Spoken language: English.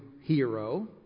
hero